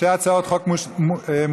שתי הצעות חוק מוצמדות.